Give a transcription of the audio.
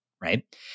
right